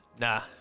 Nah